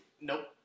Nope